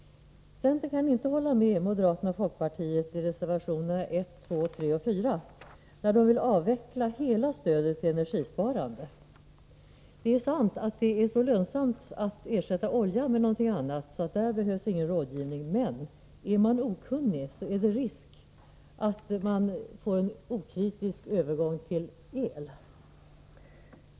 Centern kan inte hålla med moderaterna och folkpartiet i reservationerna 1,2, 3 och 4, där de vill avveckla hela stödet till energisparandet. Det är sant, att det är så lönsamt att ersätta olja med något annat att där inte behövs något stöd, men är man okunnig är det risk att det blir en okritisk övergång till el.